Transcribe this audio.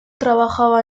trabajaba